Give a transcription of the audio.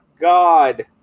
God